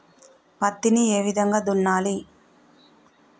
పత్తిని ఏ విధంగా దున్నాలి?